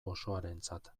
osoarentzat